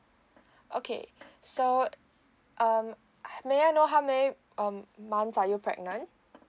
okay so um may I know how many um months are you pregnant